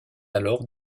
alors